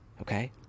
Okay